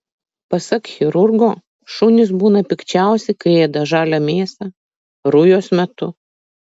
pasak chirurgo šunys būna pikčiausi kai ėda žalią mėsą rujos metu